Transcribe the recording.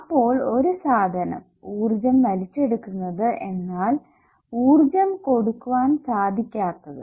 അപ്പോൾ ഒരു സാധനം ഊർജ്ജം വലിച്ചെടുക്കുന്നത് എന്നാൽ ഊർജ്ജം കൊടുക്കാൻ സാധിക്കാത്തത്